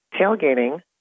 tailgating